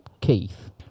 Keith